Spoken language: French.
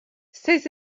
ces